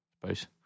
Suppose